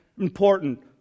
important